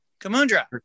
Kamundra